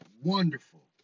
wonderful